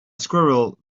squirrel